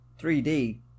3D